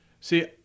See